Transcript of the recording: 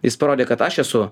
jis parodė kad aš esu